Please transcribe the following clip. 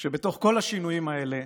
שבתוך כל השינויים האלה,